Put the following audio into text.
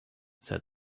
said